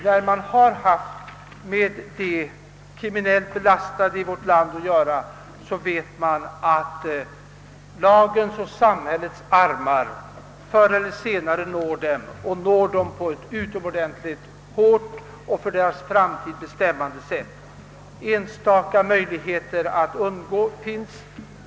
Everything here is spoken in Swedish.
När man har haft med de kriminellt belastade i vårt land att göra, vet man att lagens och samhällets armar förr eller senare når dem och i allmänhet gör det på ett utomordentligt hårt och för deras framtid bestämmande sätt. Enstaka möjligheter att undgå finns.